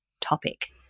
topic